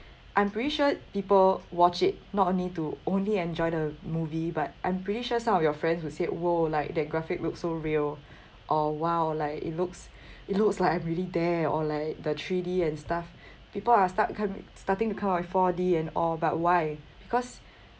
I'm pretty sure people watch it not only to only enjoy the movie but I'm pretty sure some of your friends would say !whoa! like that graphic looked so real or !wow! like it looks it looks like I'm really there or like the three_D and stuff people are start comi~ starting to come up with four_D and all but why because